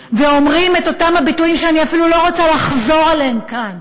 ואומרים את אותם הביטויים שאני אפילו לא רוצה לחזור עליהם כאן,